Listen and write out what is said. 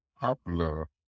popular